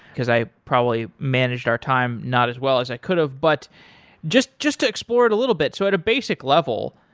because i probably managed our time not as well as i could've, but just just to explore it a little bit. so at a basic level,